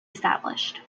established